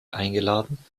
eingeladen